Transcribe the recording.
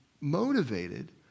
motivated